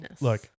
look